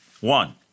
One